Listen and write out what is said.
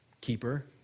keeper